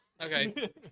Okay